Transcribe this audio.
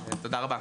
תודה רבה.